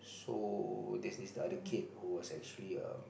so there's this the other kid who was actually um